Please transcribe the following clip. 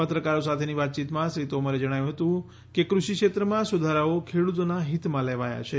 પત્રકારો સાથેની વાતયીતમાં શ્રી તોમરે જણાવ્યું હતું કે કૃષિ ક્ષેત્રમાં સુધારાઓ ખેડૂતોના હિતમાં લેવાયા છે